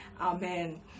Amen